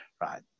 right